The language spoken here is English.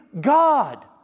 God